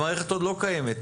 המערכת עוד לא קיימת,